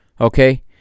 Okay